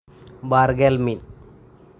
ᱵᱟᱨ ᱜᱮᱞ ᱢᱤᱫ